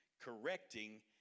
correcting